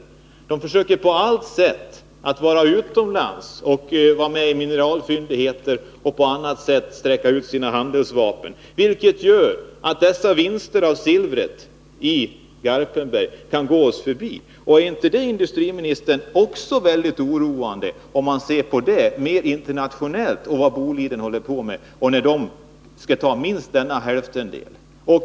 Företaget försöker på allt sätt vara med utomlands och exploatera mineralfyndigheter och på annat sätt sträcka ut sina handelsvapen. Det gör att vinsterna på silvret i Garpenberg kan gå oss förbi. Är inte det väldigt oroande, herr industriminister, om man ser mer internationellt på vad Boliden håller på med?